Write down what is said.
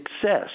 success